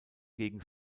gegen